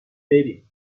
بریم